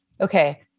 okay—